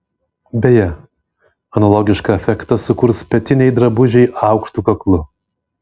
beje analogišką efektą sukurs petiniai drabužiai aukštu kaklu